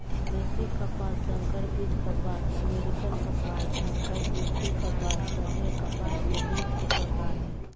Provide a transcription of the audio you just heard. देशी कपास, संकर बीज कपास, अमेरिकन कपास, संकर बी.टी कपास सभे कपास के बीज के प्रकार हय